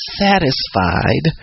satisfied